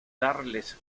darles